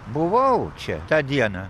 buvau čia tą dieną